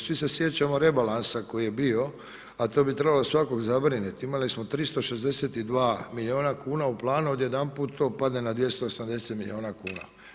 Svi se sjećamo rebalansa koji je bio a to bi trebalo svakog zabrinuti, imali smo 362 milijuna kuna, odjedanput to padne 280 milijuna kuna.